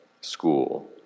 school